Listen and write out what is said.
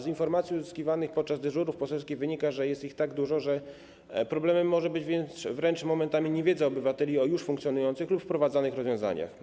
Z informacji uzyskiwanych podczas dyżurów poselskich wynika, że rozwiązań jest tak dużo, że problemem może być wręcz momentami niewiedza obywateli o już funkcjonujących lub wprowadzanych rozwiązaniach.